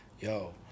yo